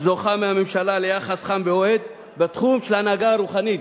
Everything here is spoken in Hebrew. זוכות מהממשלה ליחס חם ואוהד בתחום של ההנהגה הרוחנית,